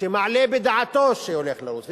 שמעלה בדעתו שהוא הולך לרוץ,